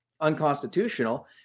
unconstitutional